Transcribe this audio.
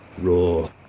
raw